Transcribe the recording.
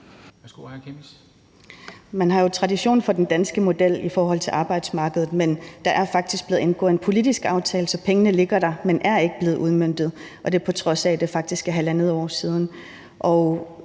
Man har jo tradition for den danske model på arbejdsmarkedet, men der er faktisk blevet indgået en politisk aftale, så pengene ligger der, men er ikke blevet udmøntet, på trods af at det faktisk er halvandet år siden.